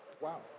Wow